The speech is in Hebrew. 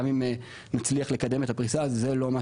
גם אם נצליח לקדם את הפריסה זה לא מה